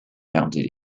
mounted